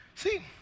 See